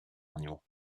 manual